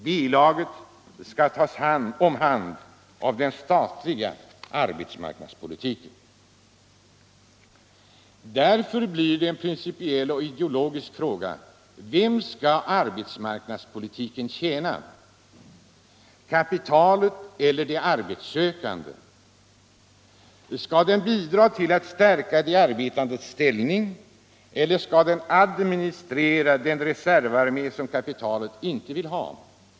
B-laget skall tas om hand av den statliga arbetsmarknadspolitiken. Därför blir det en principiell och ideologisk fråga: Vem skall arbetsmarknadspolitiken tjäna, kapitalet eller de arbetssökande? Skall den bidra till att stärka de arbetandes ställning eller skall den administrera den reservarmé som kapitalet inte vill ha?